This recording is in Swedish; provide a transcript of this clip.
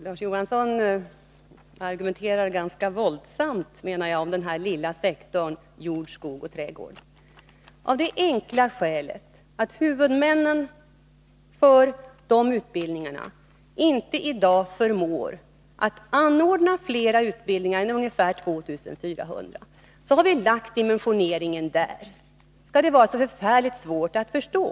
Herr talman! Det är en ganska våldsam argumentation från Larz Johanssons sida om den lilla sektorn jord-, skogoch trädgårdsutbildning. Av det enkla skälet att huvudmännen för de utbildningarna i dag inte förmår anordna fler utbildningsplatser än ungefär 2400, har vi lagt dimensioneringen där. Skall det vara så förfärligt svårt att förstå?